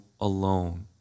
alone